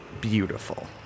beautiful